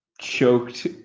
choked